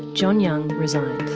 john young resigned.